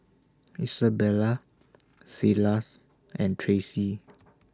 Isabela Silas and Tracey